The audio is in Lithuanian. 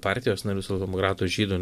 partijos narių socialdemokratų žydų